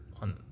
on